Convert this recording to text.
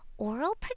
Oral